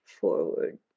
forward